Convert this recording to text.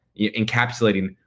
encapsulating